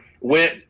went